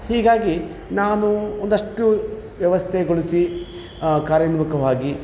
ಹೀಗಾಗಿ ನಾನು ಒಂದಷ್ಟು ವ್ಯವಸ್ಥೆಗೊಳಿಸಿ ಕಾರ್ಯೋನ್ಮುಖವಾಗಿ